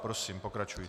Prosím, pokračujte.